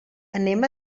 anem